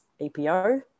epo